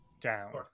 down